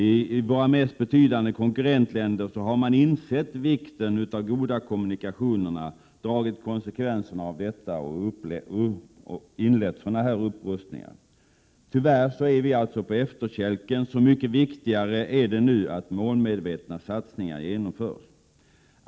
I våra mest betydande konkurrentländer har man insett vikten av goda kommunikationer, dragit konsekvenserna av detta och inlett en upprustning. Tyvärr är vi alltså på efterkälken. Så mycket viktigare är det nu att målmedvetna satsningar genomförs.